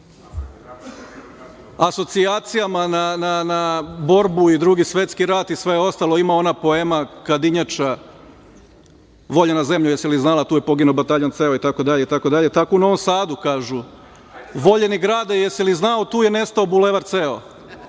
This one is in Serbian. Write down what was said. asocijacijama na borbu i na Drugi svetski rat i sve ostalo, ima ona poema Kadinjača – voljena zemljo jesi li znala tu je poginuo bataljon ceo i tako dalje. Tako i u Novom Sadu kažu – voljeni grade jesi li znao tu je nestao bulevar ceo,